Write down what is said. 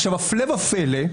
הפלא ופלא,